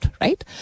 right